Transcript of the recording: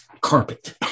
carpet